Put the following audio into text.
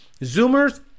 zoomers